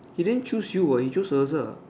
he didn't choose you what he chose Elsa